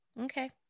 okay